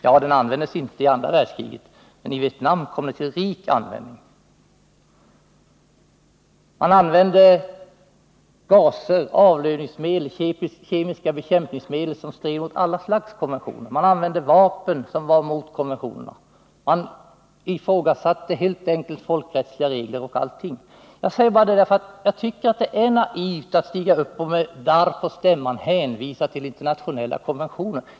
Ja, gas användes inte i andra världskriget, men i Vietnam kom gas till riklig användning. Man använde gaser, avlövningsmedel och kemiska bekämpningsmedel som stred mot alla konventioner. Man använde vapen som var emot konventionerna, och man åsidosatte folkrättsliga regler. Jag säger detta, därför att jag tycker att det är naivt att med darr på stämman hänvisa till internationella konventioner.